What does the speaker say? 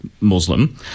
Muslim